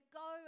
go